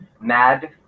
mad